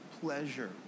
pleasure